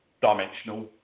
dimensional